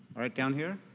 right, down here.